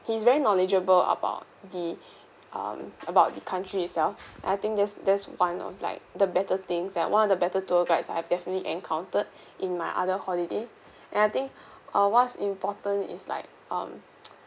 he's very knowledgeable about the um about the country itself I think there's there's one of like the better things and one of the better tour guides I've definitely encountered in my other holiday and I think uh what's important is like um